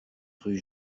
rue